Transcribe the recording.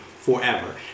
forever